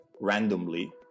randomly